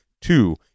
two